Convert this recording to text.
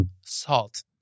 salt